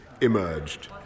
emerged